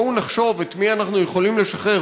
בואו נחשוב את מי אנחנו יכולים לשחרר